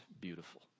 beautiful